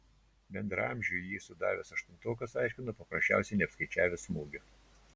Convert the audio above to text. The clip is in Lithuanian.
bendraamžiui jį sudavęs aštuntokas aiškino paprasčiausiai neapskaičiavęs smūgio